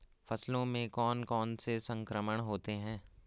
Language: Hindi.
फसलों में कौन कौन से संक्रमण होते हैं?